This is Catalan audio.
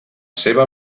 seva